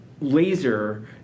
laser